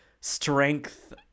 strength